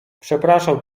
przepraszam